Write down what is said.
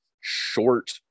short